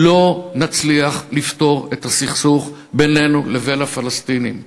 לא נצליח לפתור את הסכסוך בינינו לבין הפלסטינים.